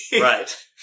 Right